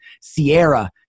Sierra